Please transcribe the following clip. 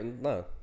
no